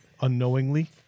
unknowingly